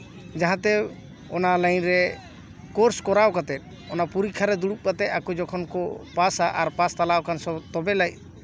ᱡᱟᱦᱟᱸᱛᱮ ᱚᱱᱟ ᱞᱟᱭᱤᱱ ᱨᱮ ᱠᱳᱨᱥ ᱠᱚᱨᱟᱣ ᱠᱟᱛᱮᱜ ᱚᱱᱟ ᱯᱚᱨᱤᱠᱠᱷᱟ ᱨᱮ ᱫᱩᱲᱩᱵ ᱠᱟᱛᱮᱜ ᱟᱠᱚ ᱡᱚᱠᱷᱚᱱ ᱠᱚ ᱯᱟᱥᱟ ᱟᱨ ᱯᱟᱥ ᱛᱟᱞᱟ ᱟᱠᱟᱜ ᱛᱚᱵᱮ ᱟᱹᱱᱤᱡ